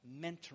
mentoring